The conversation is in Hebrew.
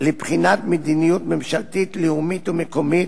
לבחינת מדיניות ממשלתית, לאומית ומקומית,